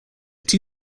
two